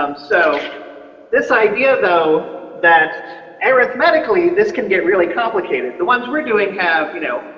um so this idea though that arithmetic lee. this can get really complicated the ones we're doing have, you know,